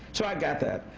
so i get that.